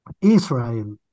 Israel